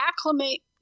acclimate